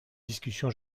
discussion